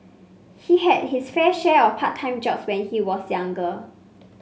he had his fair share of part time jobs when he was younger